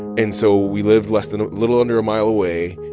and so we lived less than a little under a mile away.